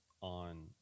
on